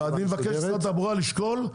ואני מבקש ממשרד התחבורה לשקול.